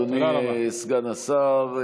תודה רבה, אדוני סגן השר.